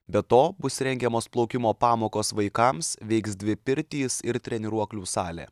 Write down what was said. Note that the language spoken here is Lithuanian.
be to bus rengiamos plaukimo pamokos vaikams veiks dvi pirtys ir treniruoklių salė